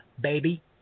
baby